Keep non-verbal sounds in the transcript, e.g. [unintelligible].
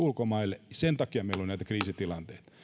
[unintelligible] ulkomaille sen takia meillä on näitä kriisitilanteita